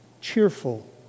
cheerful